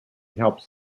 helps